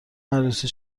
عروسی